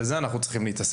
ובזה אנחנו צריכים להתעסק.